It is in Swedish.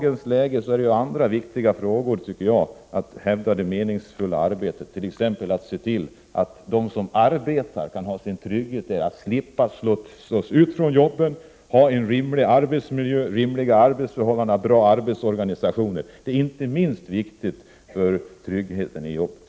En annan viktig fråga i dagens läge är att hävda det meningsfulla arbetet, t.ex. att se till att de som arbetar kan ha sin trygghet, slippa slås ut från jobbet, ha en rimlig arbetsmiljö, ha rimliga arbetsförhållanden och bra arbetsorganisationer. Det sistnämnda är inte minst viktigt för tryggheten i jobbet.